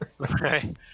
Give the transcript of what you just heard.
Okay